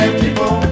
people